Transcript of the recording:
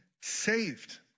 saved